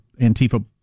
Antifa